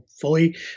fully